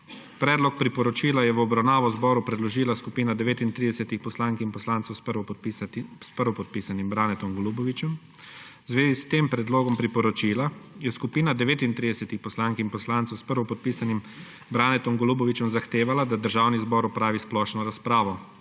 Predlog priporočila je v obravnavo zboru predložila skupina 39 poslank in poslancev s prvopodpisanim Branetom Golubovićem. V zvezi s tem predlogom priporočila je skupina 39 poslank in poslancev s prvopodpisanim Branetom Golubovićem zahtevala, da Državni zbor opravi splošno razpravo.